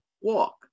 walk